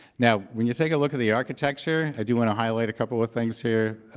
now when you take a look at the architecture, i do want to highlight a couple of things here.